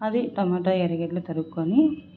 అది టమోటా ఎరగడలు తరుక్కొని